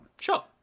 Sure